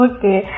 Okay